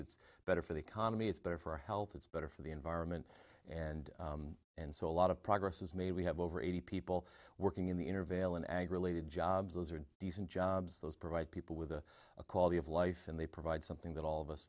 it's better for the economy it's better for health it's better for the environment and and so a lot of progress is made we have over eighty people working in the intervale and ag related jobs those are decent jobs those provide people with a quality of life and they provide something that all of us